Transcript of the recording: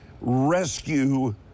rescue